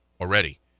already